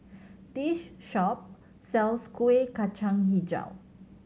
this shop sells Kueh Kacang Hijau